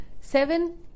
seven